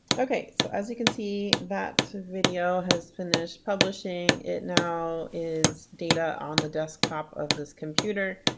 okay so as you can see that video has finished publishing, it now is data on the desktop of this computer.